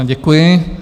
Děkuji.